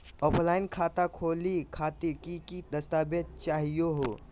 Offline खाता खोलहु खातिर की की दस्तावेज चाहीयो हो?